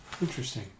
interesting